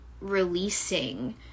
releasing